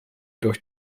durch